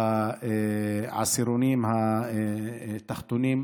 בעשירונים התחתונים.